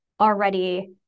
already